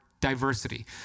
diversity